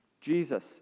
Jesus